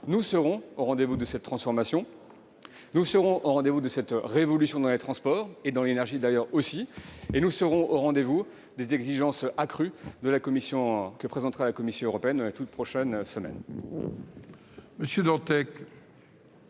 Nous serons au rendez-vous de cette transformation, monsieur le sénateur, et de cette révolution dans les transports et dans l'énergie. Nous serons au rendez-vous des exigences accrues que présentera la Commission européenne dans les toutes prochaines semaines.